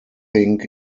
think